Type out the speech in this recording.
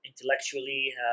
intellectually